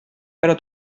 però